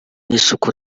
n’isuku